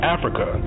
Africa